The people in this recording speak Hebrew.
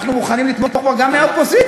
אנחנו מוכנים לתמוך בה גם מהאופוזיציה.